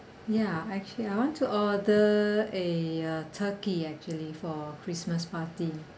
ya actually I want to order a uh turkey actually for christmas party